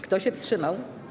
Kto się wstrzymał?